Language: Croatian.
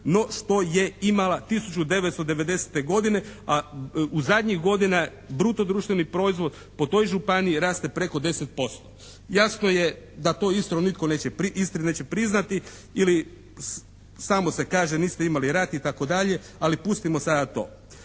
no što je imala 1990. godine, a u zadnjih godina bruto društveni proizvod po toj županiji raste preko 10%. Jasno je da to Istri nitko neće priznati ili samo se kaže niste imali rat, itd. ali pustimo sada to.